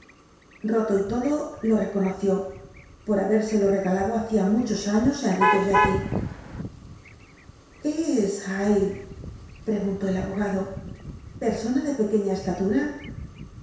roto y todo lo reconoció por habérselo regalado hacía muchos años á enrique jekyll es hyde preguntó el abogado persona de pequeña estatura